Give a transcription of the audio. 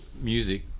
music